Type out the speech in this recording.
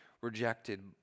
rejected